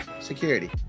security